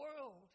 world